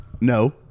no